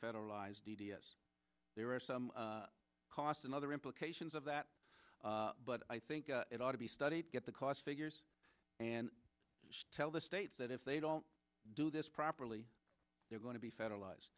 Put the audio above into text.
federalize d d s there are some costs and other implications of that but i think it ought to be studied get the cost figures and tell the states that if they don't do this properly they're going to be federalize